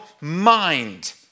mind